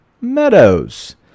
Meadows